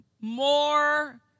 more